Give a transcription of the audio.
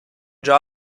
già